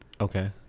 okay